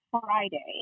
friday